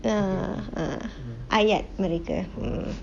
ah uh ayat mereka mm